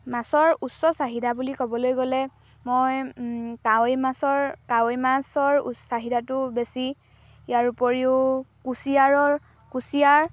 মাছৰ উচ্চ চাহিদা বুলি ক'বলৈ গ'লে মই কাৱৈ মাছৰ কাৱৈ মাছৰ চাহিদাটো বেছি ইয়াৰ উপৰিও কুচিয়াৰৰ কুচিয়াৰ